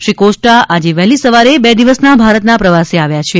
Shri Costa આજે વહેલી સવારે બે દિવસના ભારતના પ્રવાસે આવ્યા છે